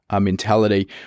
mentality